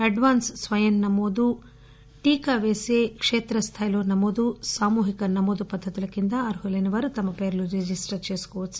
advance స్వయం నమోదు టీకా వేసే చోట్ల కేత్ర స్దాయిలో నమోదు సామూహిక నమోదు పద్దతుల కింద అర్హులైన వారు తమ పేర్లు నమోదు చేసుకోవచ్చు